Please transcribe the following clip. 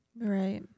Right